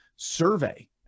survey